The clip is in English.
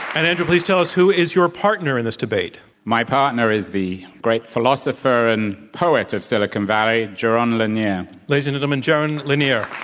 and andrew, please tell us who is your partner in this debate? my partner is the great philosopher and poet of silicon valley, jaron lanier. ladies and gentlemen, and jaron lanier.